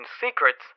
secrets